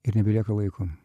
ir nebelieka laiko